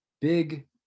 big